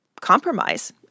compromise